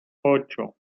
ocho